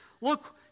Look